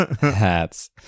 Hats